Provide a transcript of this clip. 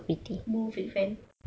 move it friend